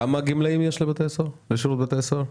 כמה גמלאים יש לשירות בתי הסוהר?